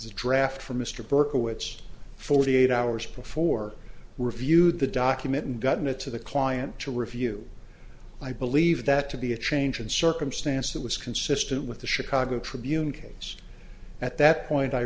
draft from mr berkowitz forty eight hours before reviewed the document and gotten it to the client to review i believe that to be a change in circumstance that was consistent with the chicago tribune case at that point i